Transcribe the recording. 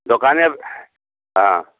दोकानेमे हँ